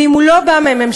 ואם הוא לא בא מהממשלה,